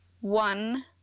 one